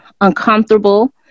uncomfortable